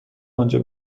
آنجا